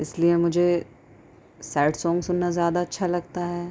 اس لیے مجھے sad song سننا زیادہ اچھا لگتا ہے